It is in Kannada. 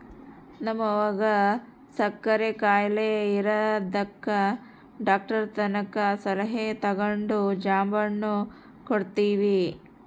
ನಮ್ವಗ ಸಕ್ಕರೆ ಖಾಯಿಲೆ ಇರದಕ ಡಾಕ್ಟರತಕ ಸಲಹೆ ತಗಂಡು ಜಾಂಬೆಣ್ಣು ಕೊಡ್ತವಿ